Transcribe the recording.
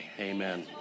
Amen